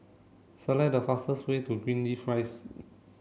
select the fastest way to Greenleaf Rise